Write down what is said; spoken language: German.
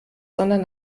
sondern